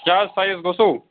کیٛاہ حظ سایز گوٚژھو